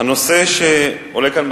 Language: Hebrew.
הנושא שעולה כאן,